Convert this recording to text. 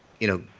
you know,